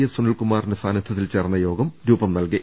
S Sunil കുമാറിന്റെ സാന്നിധൃത്തിൽ ചേർന്ന യോഗം രൂപം നൽകി